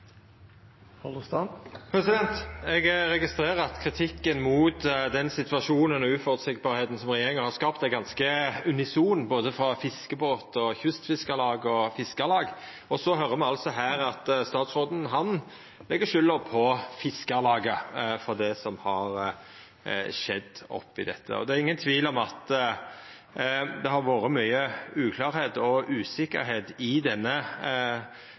Eg registrerer at kritikken mot den situasjonen og det uføreseielege som regjeringa har skapt, er ganske unison frå både fiskebåtar, Kystfiskarlaget og Fiskarlaget. Og så høyrer me altså her at statsråden legg skulda på Fiskarlaget for det som har skjedd i dette. Det er ingen tvil om at det har vore mykje uklarleik og usikkerheit i denne